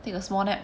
take a small nap